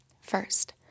First